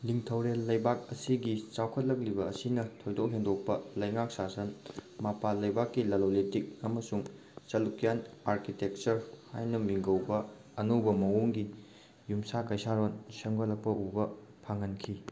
ꯅꯤꯡꯊꯧꯔꯦꯜ ꯂꯩꯕꯥꯛ ꯑꯁꯤꯒꯤ ꯆꯥꯎꯈꯠꯂꯛꯂꯤꯕ ꯑꯁꯤꯅ ꯊꯣꯏꯗꯣꯛ ꯍꯦꯟꯗꯣꯛꯄ ꯂꯩꯉꯥꯛ ꯁꯥꯁꯟ ꯃꯄꯥꯟ ꯂꯩꯕꯥꯛꯀꯤ ꯂꯂꯣꯟ ꯏꯇꯤꯛ ꯑꯃꯁꯨꯡ ꯆꯂꯨꯛꯀ꯭ꯌꯥꯟ ꯑꯥꯔꯀꯤꯇꯦꯛꯆꯔ ꯍꯥꯏꯅ ꯃꯤꯡꯒꯧꯕ ꯑꯅꯧꯕ ꯃꯑꯣꯡꯒꯤ ꯌꯨꯝꯁꯥ ꯀꯩꯁꯥꯔꯣꯜ ꯁꯦꯝꯒꯠꯂꯛꯄ ꯎꯕ ꯐꯪꯍꯟꯈꯤ